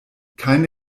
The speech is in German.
keine